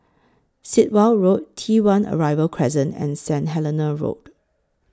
Sit Wah Road T one Arrival Crescent and Saint Helena Road